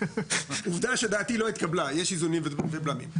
עובדה שדעתי לא התקבלה, יש איזונים ובלמים.